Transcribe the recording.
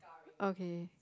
okay